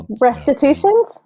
restitutions